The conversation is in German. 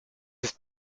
ist